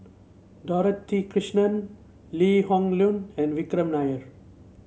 Dorothy Krishnan Lee Hoon Leong and Vikram Nair